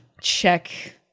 check